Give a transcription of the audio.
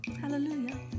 Hallelujah